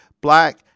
Black